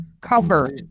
cover